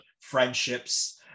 friendships